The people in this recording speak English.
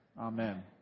Amen